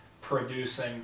producing